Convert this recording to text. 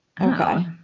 Okay